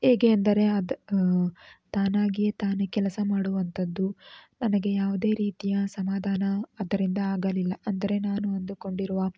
ಹೇಗೆ ಅಂದರೆ ಅದು ತಾನಾಗಿಯೇ ತಾನೇ ಕೆಲಸ ಮಾಡುವಂಥದ್ದು ನನಗೆ ಯಾವುದೇ ರೀತಿಯ ಸಮಾಧಾನ ಅದರಿಂದ ಆಗಲಿಲ್ಲ ಅಂದರೆ ನಾನು ಅಂದುಕೊಂಡಿರುವ